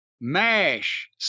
mash